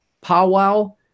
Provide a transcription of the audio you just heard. powwow